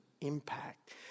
impact